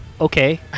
Okay